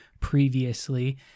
previously